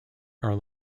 are